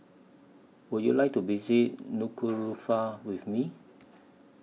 Would YOU like to visit Nuku'Alofa with Me